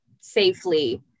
safely